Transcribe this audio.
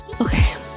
Okay